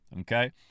Okay